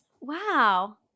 wow